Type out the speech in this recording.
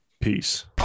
Peace